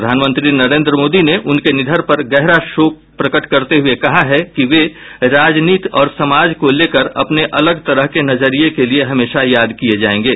प्रधानमंत्री नरेंद्र मोदी ने उनके निधन पर गहरा शोक प्रकट करते हुये कहा है कि वे राजनीति और समाज को लेकर अपने अलग तरह के नजरिए के लिये हमेशा याद किए जायेंगे